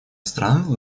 страна